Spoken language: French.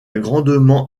grandement